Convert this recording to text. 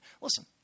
Listen